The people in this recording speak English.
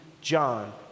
John